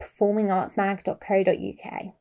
performingartsmag.co.uk